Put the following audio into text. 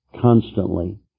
constantly